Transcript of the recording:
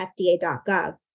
FDA.gov